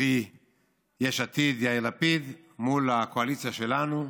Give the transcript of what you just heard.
קרי יש עתיד, יאיר לפיד, מול הקואליציה שלנו,